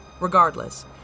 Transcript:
Regardless